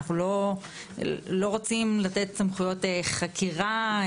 אנחנו לא רוצים לתת סמכויות חקירה,